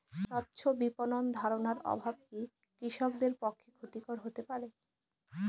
স্বচ্ছ বিপণন ধারণার অভাব কি কৃষকদের পক্ষে ক্ষতিকর হতে পারে?